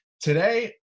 today